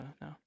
no